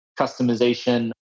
customization